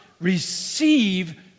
receive